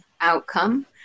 outcome